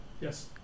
yes